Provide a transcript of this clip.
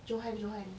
johan johan